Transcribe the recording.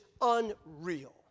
unreal